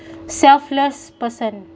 selfless person